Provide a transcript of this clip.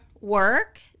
work